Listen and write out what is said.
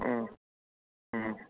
ம் ம்